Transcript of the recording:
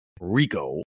Rico